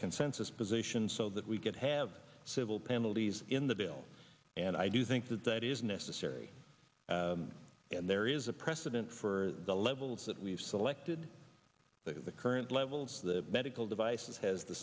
consensus position so that we could have civil penalties in the bill and i do think that that is necessary and there is a precedent for the levels that we've selected the current levels the medical devices has the